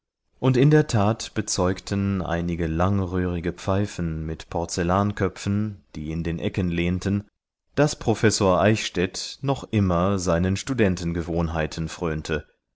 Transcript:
und in der tat bezeugten einige langröhrige pfeifen mit porzellanköpfen die in den ecken lehnten daß professor eichstädt noch immer seinen studentengewohnheiten frönte